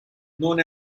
known